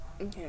okay